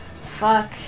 Fuck